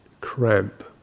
cramp